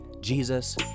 Jesus